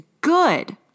good